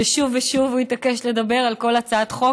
כששוב ושוב הוא התעקש לדבר על כל הצעת חוק,